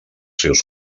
seus